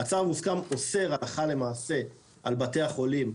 הצו אוסר הלכה למעשה על בתי החולים,